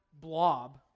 blob